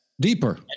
Deeper